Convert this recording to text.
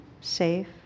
safe